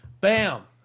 Bam